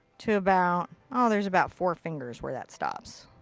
to about, oh, there's about four fingers where that stops.